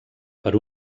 per